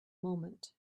moment